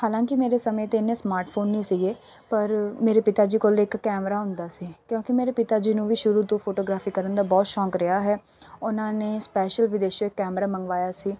ਹਾਲਾਂਕਿ ਮੇਰੇ ਸਮੇਂ 'ਤੇ ਇੰਨੇ ਸਮਾਰਟਫੋਨ ਨਹੀਂ ਸੀਗੇ ਪਰ ਮੇਰੇ ਪਿਤਾ ਜੀ ਕੋਲ ਇੱਕ ਕੈਮਰਾ ਹੁੰਦਾ ਸੀ ਕਿਉਂਕਿ ਮੇਰੇ ਪਿਤਾ ਜੀ ਨੂੰ ਵੀ ਸ਼ੁਰੂ ਤੋਂ ਫੋਟੋਗ੍ਰਾਫੀ ਕਰਨ ਦਾ ਬਹੁਤ ਸ਼ੌਕ ਰਿਹਾ ਹੈ ਉਹਨਾਂ ਨੇ ਸਪੈਸ਼ਲ ਵਿਦੇਸ਼ੋਂ ਕੈਮਰਾ ਮੰਗਵਾਇਆ ਸੀ